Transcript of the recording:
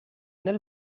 nel